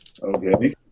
Okay